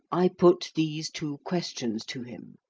i put these two questions to him.